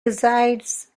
resides